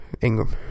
Ingram